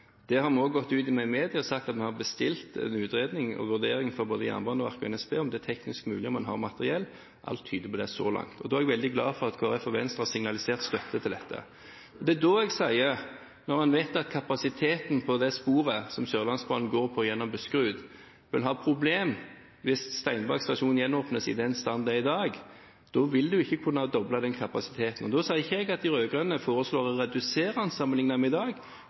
Vi har også gått ut i media og sagt at vi har bestilt en utredning og en vurdering fra både Jernbaneverket og NSB av om det er teknisk mulig og om man har materiell. Alt tyder på det så langt. Jeg veldig glad for at Kristelig Folkeparti og Venstre har signalisert støtte til dette. Det er da jeg sier, når en vet kapasiteten på det sporet som Sørlandsbanen går på gjennom Buskerud, at en vil ha problemer hvis Steinberg stasjon gjenåpnes i den stand den er i i dag. Da vil en ikke kunne doble kapasiteten. Jeg sa ikke at de rød-grønne foreslår å redusere sammenlignet med i dag,